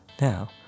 Now